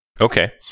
Okay